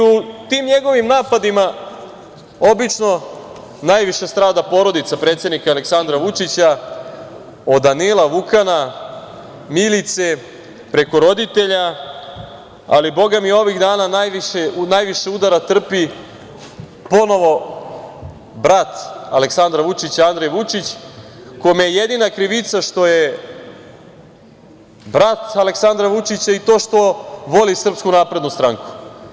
U tim njegovim napadima obično najviše strada porodica predsednika Aleksandra Vučića, od Danila, Vukana, Milice, preko roditelja, ali bogami ovih dana najviše udara trpi ponovo brat Aleksandra Vučića Andrej Vučić, kome je jedina krivica što je brat Aleksandra Vučića i to što voli SNS.